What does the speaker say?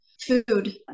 food